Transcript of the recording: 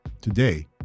Today